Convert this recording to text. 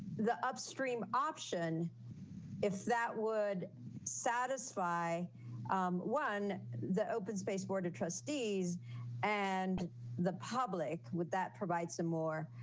the upstream option if that would satisfy one the open space board of trustees and the public would that provide some more.